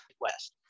West